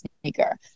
sneaker